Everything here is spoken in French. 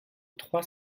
trois